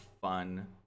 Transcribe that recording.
fun